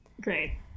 Great